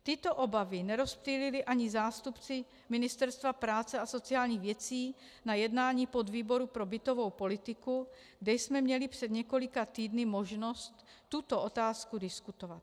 Tyto obavy nerozptýlili ani zástupci Ministerstva práce a sociálních věcí na jednání podvýboru pro bytovou politiku, kde jsme měli před několika týdny možnost tuto otázku diskutovat.